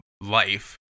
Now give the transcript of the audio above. life